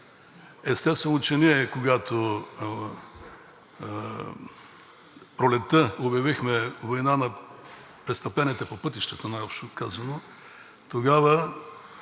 Естествено, че когато пролетта обявихме война на престъпленията по пътищата, най-общо казано, тогава